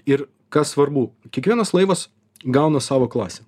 ir kas svarbu kiekvienas laivas gauna savo klasę